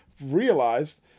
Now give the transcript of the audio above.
realized